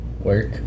work